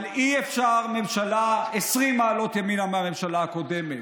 אבל אי-אפשר ממשלה 20 מעלות ימינה מהממשלה הקודמת.